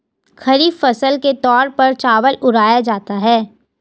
खरीफ फसल के तौर पर चावल उड़ाया जाता है